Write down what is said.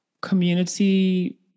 community